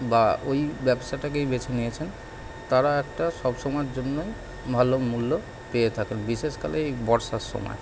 বা ওই ব্যবসাটাকেই বেছে নিয়েছেন তারা একটা সব সময়ের জন্যই ভালো মূল্য পেয়ে থাকেন বিশেষকালে এই বর্ষার সময়